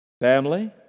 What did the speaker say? family